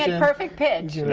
and perfect pitch.